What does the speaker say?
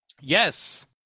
Yes